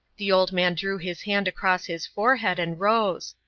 the old man drew his hand across his forehead, and rose.